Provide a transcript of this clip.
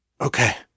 Okay